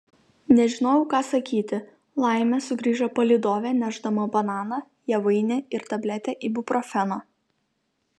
nežinojau ką sakyti laimė sugrįžo palydovė nešdama bananą javainį ir tabletę ibuprofeno